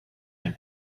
him